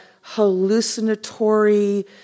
hallucinatory